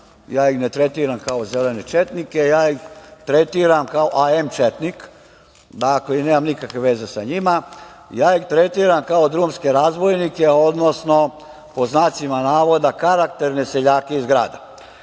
ja ih ne tretiram kao zelene četnike, ja ih tretiram kao „aj em četnik“, nemam nikakve veze sa njima, ja ih tretiram kao drumske razbojnike, odnosno „karakterne seljake iz grada“.